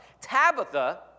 Tabitha